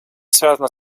связано